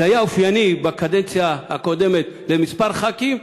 זה היה אופייני בקדנציה הקודמת לכמה ח"כים,